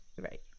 right